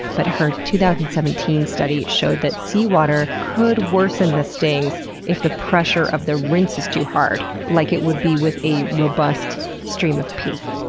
but her two thousand and seventeen study showed that sea water could worsen the stings if the pressure of the rinse is too hard, like it would be with a robust stream of pee.